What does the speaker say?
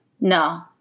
No